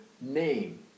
name